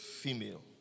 female